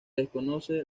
desconoce